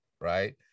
right